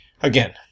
again